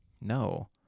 No